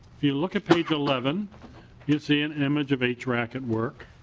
if you look at page eleven you'll see an image of a draft at work.